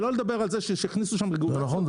שלא לדבר על זה שהכניסו היום --- זה נכון,